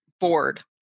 bored